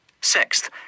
Sixth